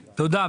תודה.